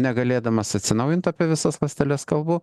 negalėdamas atsinaujint apie visas ląsteles kalbu